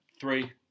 Three